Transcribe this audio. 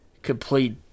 complete